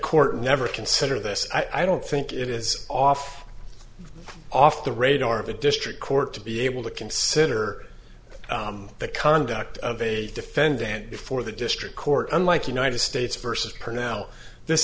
court never consider this i don't think it is off off the radar of the district court to be able to consider the conduct of a defendant before the district court unlike united states versus per now this